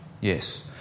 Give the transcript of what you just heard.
Yes